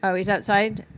um he's outside.